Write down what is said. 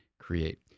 create